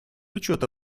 учета